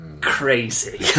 Crazy